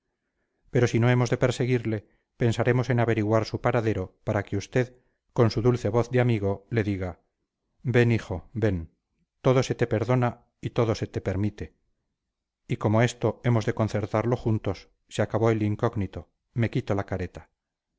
pero si no hemos de perseguirle pensaremos en averiguar su paradero para que usted con su dulce voz de amigo le diga ven hijo ven todo se te perdona y todo se te permite y como esto hemos de concertarlo juntos se acabó el incógnito me quito la careta